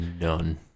None